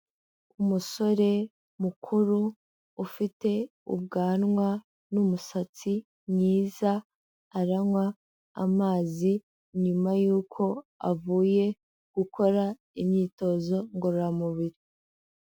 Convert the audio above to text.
Umusore mukuru ufite ubwanwa n'umusatsi mwiza, aranywa amazi nyuma yuko avuye gukora imyitozo ngororamubiri.